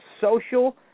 Social